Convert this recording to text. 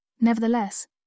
Nevertheless